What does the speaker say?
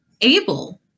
able